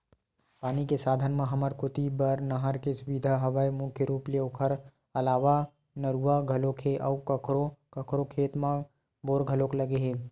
पानी के साधन म हमर कोती बर नहर के सुबिधा तो हवय मुख्य रुप ले ओखर अलावा नरूवा घलोक हे अउ कखरो कखरो खेत म बोर घलोक लगे हे